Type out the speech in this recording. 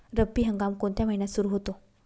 रब्बी हंगाम कोणत्या महिन्यात सुरु होतो?